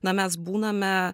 na mes būname